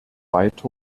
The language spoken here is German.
weiter